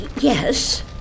Yes